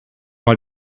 mal